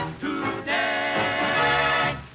today